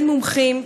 בין מומחים,